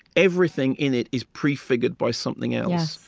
everything in it is prefigured by something else.